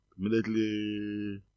immediately